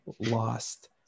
lost